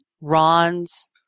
Ron's